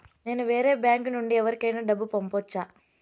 నేను వేరే బ్యాంకు నుండి ఎవరికైనా డబ్బు పంపొచ్చా?